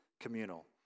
communal